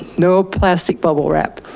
no plastic bubble wrap.